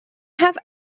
have